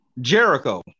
Jericho